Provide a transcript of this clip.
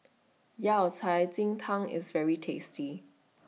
Yao Cai Ji Tang IS very tasty